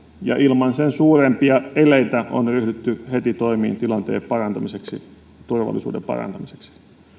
ja ilman sen suurempia eleitä on ryhdytty heti toimiin tilanteen parantamiseksi turvallisuuden parantamiseksi